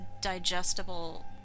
digestible